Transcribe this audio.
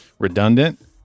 redundant